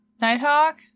Nighthawk